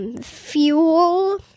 Fuel